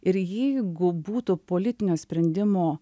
ir jeigu būtų politinio sprendimo